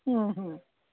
হুম হুম